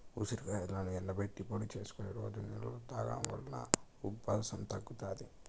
ఉసిరికాయలను ఎండబెట్టి పొడి చేసుకొని రోజు నీళ్ళలో తాగడం వలన ఉబ్బసం తగ్గుతాది